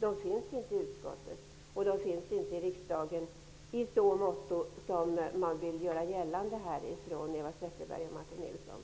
I utskottet och i riksdagen i övrigt finns inte sådana motsättningar som Eva Zetterberg och Martin Nilsson